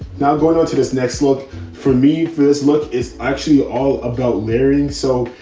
now going on to this next look for me. first look is actually all about marrying. so,